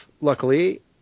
luckily